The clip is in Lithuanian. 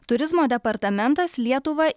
turizmo departamentas lietuvą